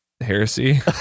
heresy